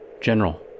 General